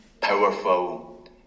powerful